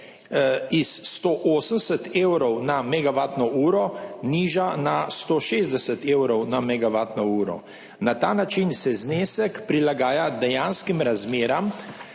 iz 180 evrov na megavatno uro niža na 160 evrov na megavatno uro. Na ta način se znesek prilagaja dejanskim razmeram